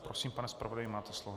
Prosím, pane zpravodaji, máte slovo.